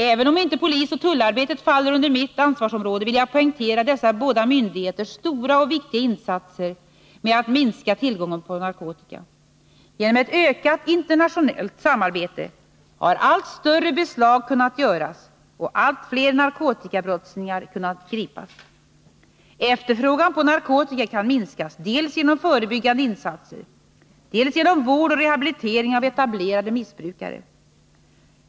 Även om inte polisoch tullarbetet faller under mitt ansvarsområde vill jag poängtera dessa båda myndigheters stora och viktiga insatser för att minska tillgången på narkotika. Genom ett ökat internationellt samarbete har allt större beslag kunnat göras och allt fler narkotikabrottslingar kunnat gripas. Efterfrågan på narkotika kan minskas dels genom förebyggande insatser, dels genom vård och rehabilitering av etablerade missbrukare.